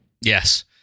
Yes